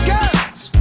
Girls